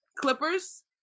Clippers